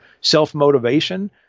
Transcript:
self-motivation